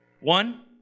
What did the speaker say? One